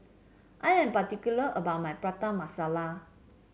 I am particular about my Prata Masala